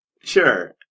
Sure